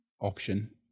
option